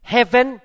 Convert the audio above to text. Heaven